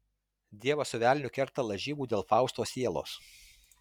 dievas su velniu kerta lažybų dėl fausto sielos